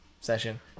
session